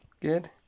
Good